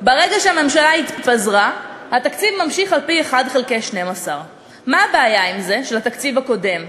זה שברגע שהממשלה התפזרה התקציב ממשיך על-פי 1 חלקי 12 של התקציב הקודם.